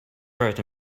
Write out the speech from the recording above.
right